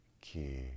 key